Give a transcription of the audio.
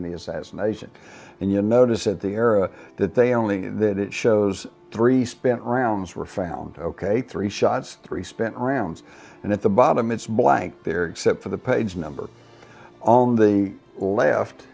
the assassination and you notice at the era that they only that it shows three spent rounds were found ok three shots three spent rounds and at the bottom it's blank there except for the page number on the left